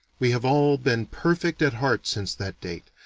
we have all been perfect at heart since that date,